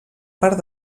part